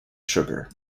sugar